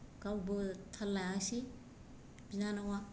गावबो थाल लायासै बिनानावा